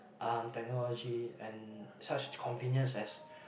ah technology and such convenience as